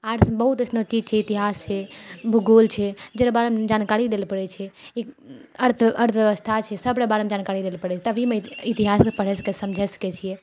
आर्ट्समे बहुत अइसनो चीज छै इतिहास छै भूगोल छै जकरा बारेमे जानकारी दैलए पड़ै छै ई अर्थ अर्थव्यवस्था छै सब रऽ बारेमे जानकारी दैलए पड़ै छै इतिहासके पढ़ि सकै छिए समझै सकै छिए